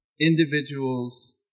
individuals